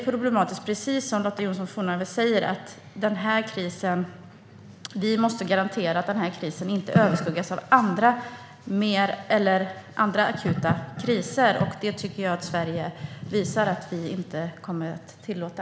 Precis som Lotta Johnsson Fornarve säger måste vi därför garantera att den här krisen inte överskuggas av andra akuta kriser, och det tycker jag att Sverige visar att vi inte kommer att tillåta.